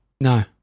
no